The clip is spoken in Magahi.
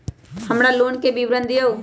हमर लोन के विवरण दिउ